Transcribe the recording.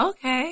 Okay